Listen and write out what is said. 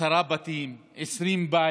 עשרה בתים, 20 בתים,